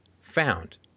found